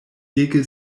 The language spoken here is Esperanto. ege